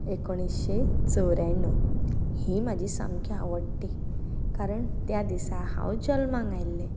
एकुणशे चोवऱ्याणव ही म्हजी सामकी आवडटी कारण त्या दिसा हांव जल्माक आयिल्लें